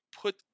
put